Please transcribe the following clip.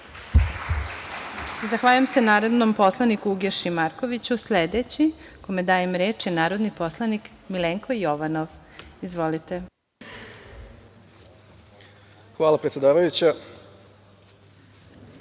Zahvaljujem se narodnom poslaniku Uglješi Markoviću. Sledeći kome dajem reč je narodni poslanik Milenko Jovanov. Izvolite. **Milenko Jovanov**